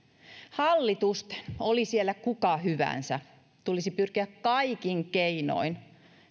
hallitusten oli siellä kuka hyvänsä tulisi pyrkiä kaikin keinoin